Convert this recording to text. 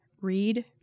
read